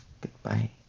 Goodbye